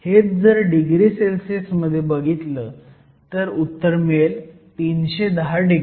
हेच जर degree Celsius मध्ये बघितलं तर उत्तर मिळेल 310 डिग्री